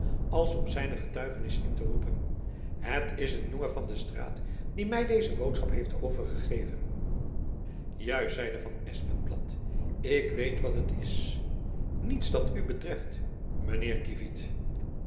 als om zijne getuigenis in te roepen het is een jongen van de straat die my deze boodschap heeft overgegeven juist zeide van espenblad ik weet wat het is niets dat u betreft mijn heer kievit